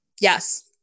Yes